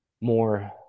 more